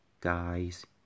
guys